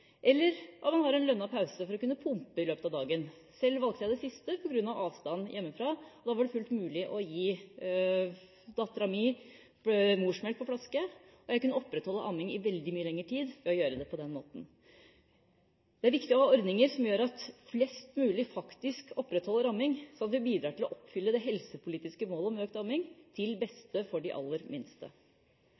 eller at man har en lønnet pause for å pumpe i løpet av dagen. Selv valgte jeg det siste på grunn av avstanden hjemmefra. Da var det fullt mulig å gi datteren min morsmelk på flaske, og jeg kunne opprettholde amming i veldig mye lengre tid ved å gjøre det på den måten. Det er viktig å ha ordninger som gjør at flest mulig faktisk opprettholder amming, sånn at vi bidrar til å oppfylle det helsepolitiske målet om økt amming – til beste for de aller minste.